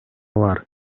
бар